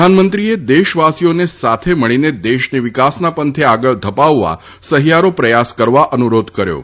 પ્રધાનમંત્રીએ દેશવાસીઓને સાથે મળીને દેશને વિકાસના પંથે આગળ ધપાવવા સહિયારો પ્રયાસ કરવા અનુરોધ કર્યો છે